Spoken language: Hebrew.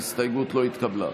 ההסתייגות לא התקבלה.